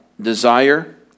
desire